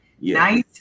Nice